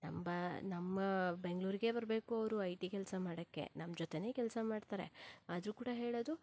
ನಮ್ ಬಾ ನಮ್ಮ ಬೆಂಗಳೂರಿಗೇ ಬರಬೇಕು ಅವರು ಐ ಟಿ ಕೆಲಸ ಮಾಡೋಕ್ಕೆ ನಮ್ಮ ಜೊತೆಯೇ ಕೆಲಸ ಮಾಡ್ತಾರೆ ಆದರೂ ಕೂಡ ಹೇಳೋದು